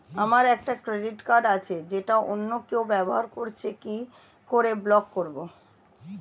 আমার একটি credit card আছে যেটা অন্য কেউ ব্যবহার করছে কি করে ব্লক করবো?